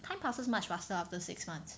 time passes much faster after six months